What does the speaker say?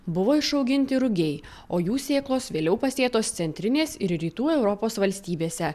buvo išauginti rugiai o jų sėklos vėliau pasėtos centrinės ir rytų europos valstybėse